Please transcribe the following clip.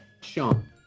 Sean